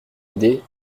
idée